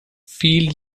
feel